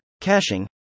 caching